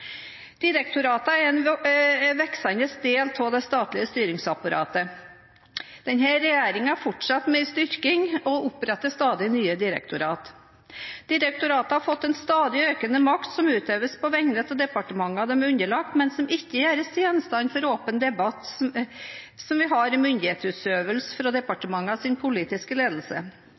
er en voksende del av det statlige styringsapparatet. Denne regjeringen fortsetter med en styrking og oppretter stadig nye direktorater. Direktoratene har fått en stadig økende makt, som utøves på vegne av de departementene de er underlagt, men som ikke gjøres til gjenstand for den åpne debatt som vi har om myndighetsutøvelse, fra